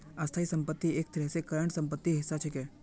स्थाई संपत्ति एक तरह स करंट सम्पत्तिर हिस्सा छिके